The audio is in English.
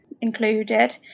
included